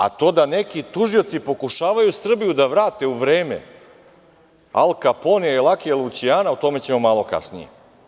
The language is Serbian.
A to da neki tužioci pokušavaju Srbiju da vrate u vreme Al Kakponea i Lakija Lućijana, o tome ćemo malo kasnije.